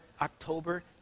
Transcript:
October